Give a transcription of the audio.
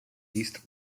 east